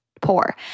poor